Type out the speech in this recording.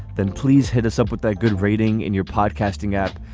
then please hit us up with that good rating in your podcasting app.